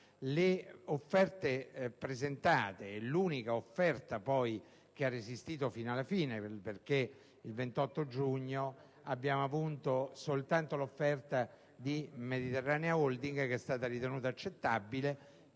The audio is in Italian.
naturalmente di servizio. L'unica offerta che ha resistito fino alla fine - perché il 28 giugno abbiamo avuto soltanto l'offerta di Mediterranea Holding, che è stata ritenuta accettabile